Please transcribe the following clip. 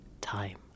time